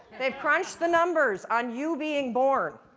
they've crunched the numbers on you being born.